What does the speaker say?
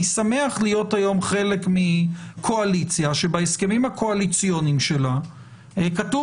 אני שמח להיות היום חלק מקואליציה שבהסכמים הקואליציונים שלה כתוב